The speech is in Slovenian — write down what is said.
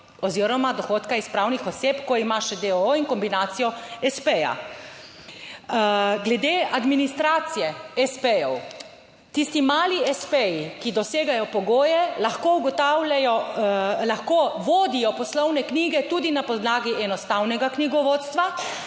oziroma dohodka iz pravnih oseb, ko imaš do in kombinacijo espeja. Glede administracije espejev. Tisti mali espeji, ki dosegajo pogoje, lahko ugotavljajo, lahko vodijo poslovne knjige tudi na podlagi enostavnega knjigovodstva